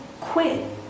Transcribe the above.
quit